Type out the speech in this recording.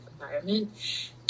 environment